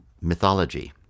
mythology